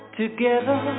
together